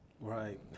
Right